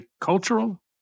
cultural